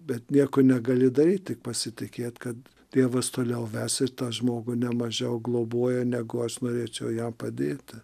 bet nieko negali daryt tik pasitikėt kad dievas toliau ves ir tą žmogų ne mažiau globoja negu aš norėčiau jam padėti